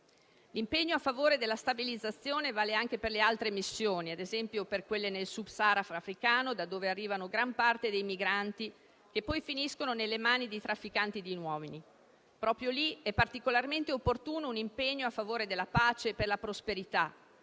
L'impegno a favore della stabilizzazione vale anche per le altre missioni - ad esempio - per quelle nel Sub Sahara africano, da dove arrivano gran parte dei migranti che poi finiscono nelle mani di trafficanti di uomini. Proprio lì è particolarmente opportuno un impegno a favore della pace e per la prosperità,